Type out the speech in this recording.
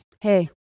hey